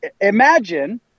Imagine